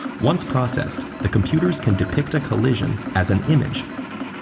once processed, the computers can depict a collision as an image.